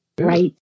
Right